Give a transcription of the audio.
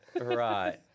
Right